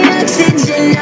oxygen